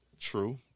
True